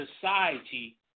society